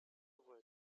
were